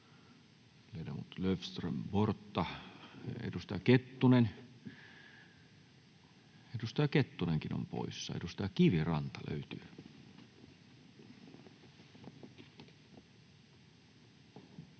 edustaja Kettunenkin on poissa. — Edustaja Kiviranta löytyy.